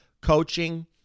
coaching